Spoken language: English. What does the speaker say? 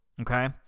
Okay